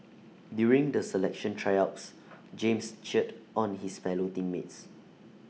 during the selection Tryouts James cheered on his fellow team mates